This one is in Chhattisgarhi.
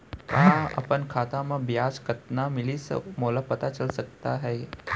का अपन खाता म ब्याज कतना मिलिस मोला पता चल सकता है?